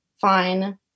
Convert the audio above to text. fine